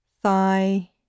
thigh